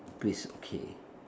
please okay